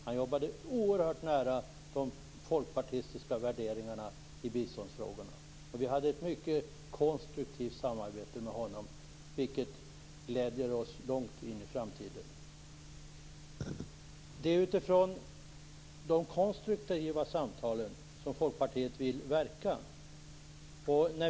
Han jobbade oerhört nära de folkpartistiska värderingarna i biståndsfrågorna, och vi hade ett mycket konstruktivt samarbete med honom, vilket gläder oss långt in i framtiden. Det är utifrån de konstruktiva samtalen som Folkpartiet vill verka.